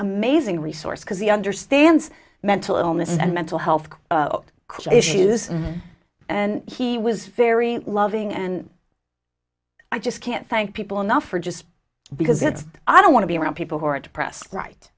amazing resource because he understands mental illness and mental health issues and he was very loving and i just can't thank people enough for just because it's i don't want to be around people who are depressed right